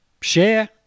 share